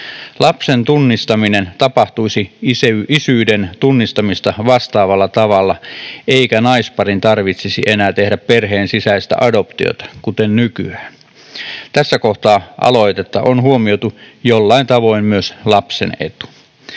Lapsen tunnustaminen tapahtuisi isyyden tunnustamista vastaavalla tavalla, eikä naisparin tarvitsisi enää tehdä perheen sisäistä adoptiota kuten nykyään. Tässä kohtaa aloitetta on huomioitu jollain tavoin myös lapsen etu.